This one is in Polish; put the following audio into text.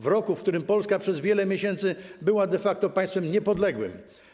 W roku, w którym Polska przez wiele miesięcy była de facto państwem niepodległym.